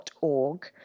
org